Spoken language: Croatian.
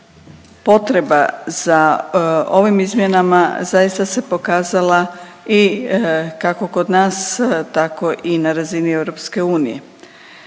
potreba za ovim izmjenama zaista se pokazala i kako kod nas tako i na razini EU.